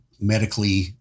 medically